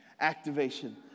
activation